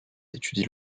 étudie